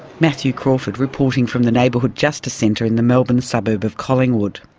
matthew crawford reporting from the neighbourhood justice centre in the melbourne suburb of collingwood.